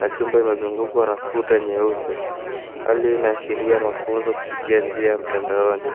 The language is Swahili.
na chumba imezungukwa na kuta nyeupe. Hali hii inaashiria mafunzo kupitia njia ya mtandaoni.